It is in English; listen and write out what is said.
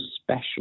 special